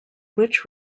which